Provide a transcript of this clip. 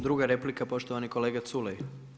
Druga replika, poštovani kolega Culej.